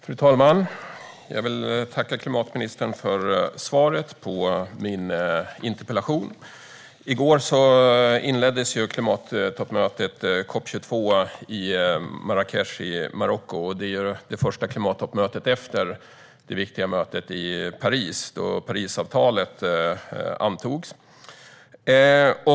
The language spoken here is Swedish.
Fru talman! Jag vill tacka klimatministern för svaret på min interpellation. I går inleddes klimattoppmötet COP 22 i Marrakech i Marocko. Det är det första klimattoppmötet efter det viktiga mötet i Paris då Parisavtalet antogs.